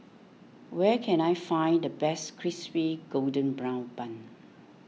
where can I find the best Crispy Golden Brown Bun